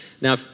Now